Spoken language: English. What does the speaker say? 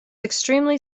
extremely